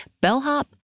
bellhop